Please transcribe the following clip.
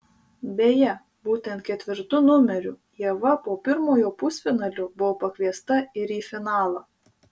beje būtent ketvirtu numeriu ieva po pirmojo pusfinalio buvo pakviesta ir į finalą